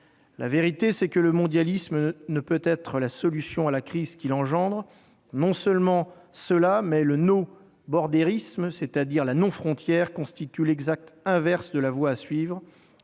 La vérité, c'est que le mondialisme ne peut être la solution à la crise qu'il engendre. Non seulement cela, mais le " no-borderisme ", c'est-à-dire la non-frontière, constitue l'exact inverse de la voie à suivre.